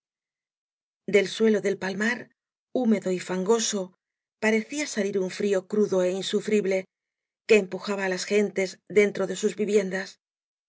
del suelo del palmar húmedo y fangoso parecía salir un frío crudo é insufrible que empujaba á las gentes dentro de sus viviendas